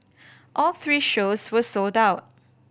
all three shows were sold out